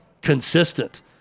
consistent